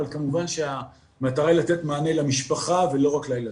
אבל כמובן שהמטרה היא לתת מענה למשפחה ולא רק לילדים.